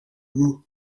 rwo